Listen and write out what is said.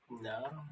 No